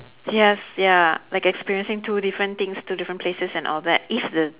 yes ya like experiencing two different things two different places and all that if the